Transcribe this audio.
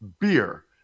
Beer